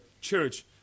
Church